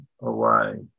away